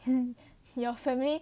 your family